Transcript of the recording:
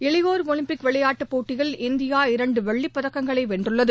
இளையோர் ஒலிம்பிக் விளையாட்டுப் போட்டியில் இந்தியா இரண்டு வெள்ளிப் பதக்கங்களை வென்றுள்ளது